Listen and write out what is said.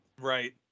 right